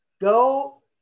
go